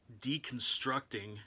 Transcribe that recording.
deconstructing